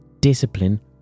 discipline